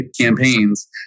campaigns